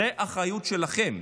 זאת האחריות שלכם,